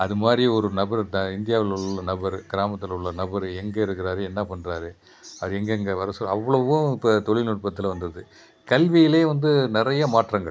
அதுமாதிரி ஒரு நபர்ட்ட இந்தியாவில் உள்ள நபர் கிராமத்தில் உள்ள நபர் எங்கே இருக்கிறாரு என்ன பண்ணுறாரு அது எங்கெங்கே வர சொல்ற அவ்ளவும் இப்போ தொழில்நுட்பத்தில் வந்துடுது கல்விலேயே வந்து நிறையா மாற்றங்கள்